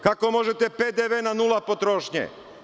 Kako možete PDV na nula potrošnje?